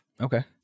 Okay